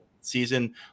season